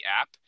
app